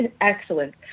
excellent